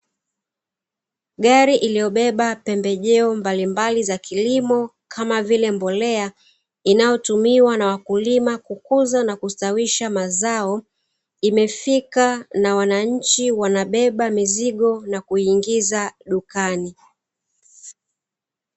Gari iliyobeba pembejeo mbalimbali za kilimo kama vile mbolea, inayotumika kustawisha mazao, imefika na wananchi wanabeba mizigo na kuingiza dukani.